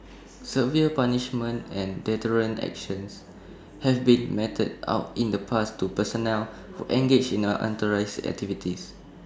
severe punishments and deterrent actions have been meted out in the past to personnel who engaged in A unauthorised activities